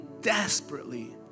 desperately